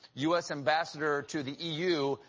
u s. ambassador to the e u,